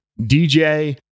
DJ